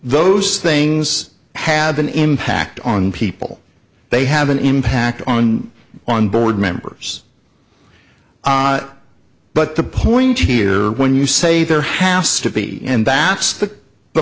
those things have an impact on people they have an impact on on board members but the point here when you say they're half stiffy and that's the